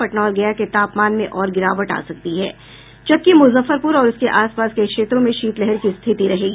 पटना और गया के तापमान में और गिरावट आ सकती है जबकि मुजफ्फरपुर और उसके आस पास के क्षेत्रों में शीतलहर की स्थिति रहेगी